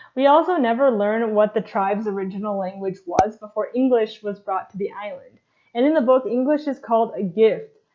we also never learn what the tribe's original language was before english was brought to the island. and in the book english is called a gift,